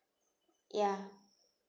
ya